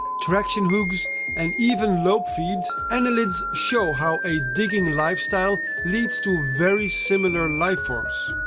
traction hooks and even lobe feet, annelids show how a digging lifestyle leads to very similar lifeforms.